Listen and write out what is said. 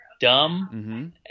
dumb